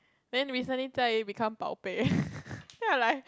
then recently Jia-Yi become baobei then I like